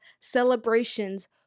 celebrations